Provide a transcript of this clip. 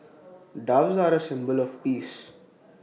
doves are A symbol of peace